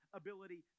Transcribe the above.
ability